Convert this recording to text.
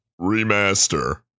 Remaster